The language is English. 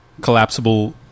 collapsible